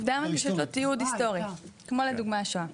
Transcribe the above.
עובדה שיש לה תיעוד היסטורי, כמו לדוגמא השואה.